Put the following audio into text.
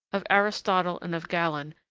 of aristotle and of galen,